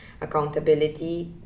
accountability